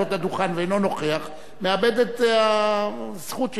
והוא אינו נוכח מאבד את הזכות שניתנה לו